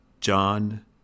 John